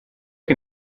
che